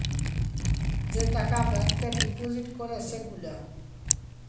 যে টাকা ব্যাংকে ডিপজিট ক্যরে সে গুলা